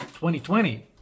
2020